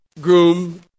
groom